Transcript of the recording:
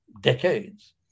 decades